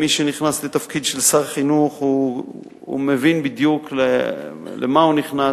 מי שנכנס לתפקיד של שר חינוך מבין בדיוק למה הוא נכנס.